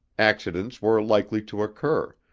accidents were likely to occur,